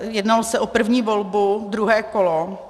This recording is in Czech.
Jednalo se o první volbu, druhé kolo.